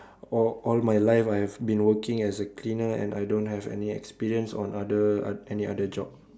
all all my life I have been working as a cleaner and I don't have any experience on other any other job